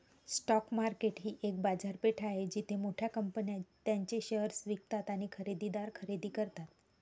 stock market ही एक बाजारपेठ आहे जिथे मोठ्या कंपन्या त्यांचे शेअर्स विकतात आणि खरेदीदार खरेदी करतात